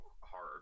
horror